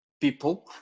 people